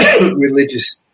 religious